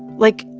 like,